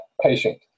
patient